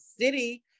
city